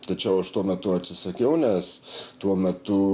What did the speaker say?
tačiau aš tuo metu atsisakiau nes tuo metu